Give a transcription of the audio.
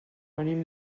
venim